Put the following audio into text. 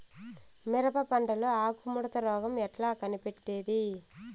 మిరప పంటలో ఆకు ముడత రోగం ఎట్లా కనిపెట్టేది?